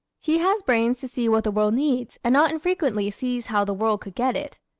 he has brains to see what the world needs and not infrequently sees how the world could get it.